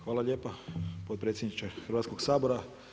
Hvala lijepa potpredsjedniče Hrvatskog sabora.